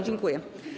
Dziękuję.